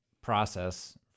process